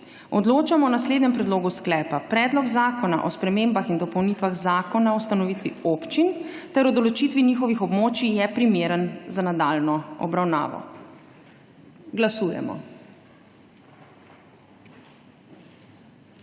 Odločamo o naslednjem predlogu slepa: Predlog zakona o spremembah in dopolnitvah Zakona o ustanovitvi občin ter o določitvi njihovih območij je primeren za nadaljnjo obravnavo. Glasujemo.